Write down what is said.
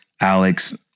Alex